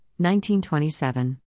1927